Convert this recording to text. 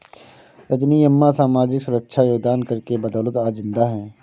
रजनी अम्मा सामाजिक सुरक्षा योगदान कर के बदौलत आज जिंदा है